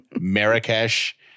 Marrakesh